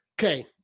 Okay